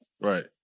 Right